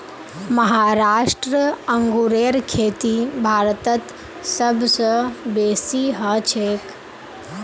महाराष्ट्र अंगूरेर खेती भारतत सब स बेसी हछेक